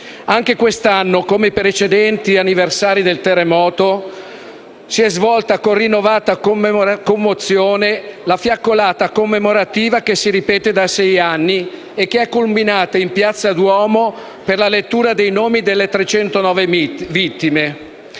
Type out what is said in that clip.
Anche quest'anno, come nei precedenti anniversari del terremoto, si è svolta, con rinnovata commozione, la fiaccolata commemorativa che si ripete da sei anni e che è culminata, in piazza Duomo, con la lettura dei nomi delle 309 vittime.